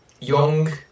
young